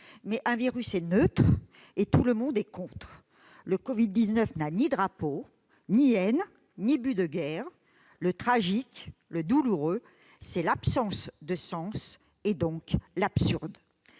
Mais un virus est neutre et tout le monde est contre. Le Covid-19 n'a ni drapeau, ni haine, ni but de guerre. Le tragique, le douloureux, c'est l'absence de sens, et donc l'absurde.